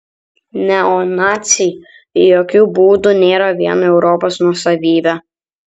neonaciai jokiu būdu nėra vien europos nuosavybė